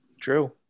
true